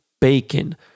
bacon